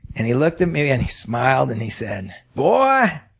and he looked at me and he smiled and he said boy,